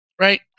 right